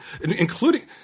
including –